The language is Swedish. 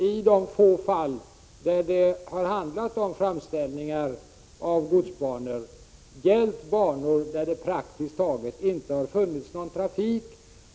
I de få fall där det har gällt framställningar beträffande godsbanor har det rört sig om banor där det praktiskt taget inte har funnits någon trafik.